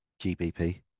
GBP